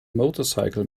motorcycle